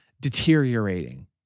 deteriorating